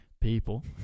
people